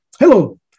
Hello